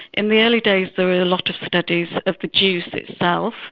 in the early days there were a lot of studies of the juice so